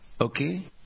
Okay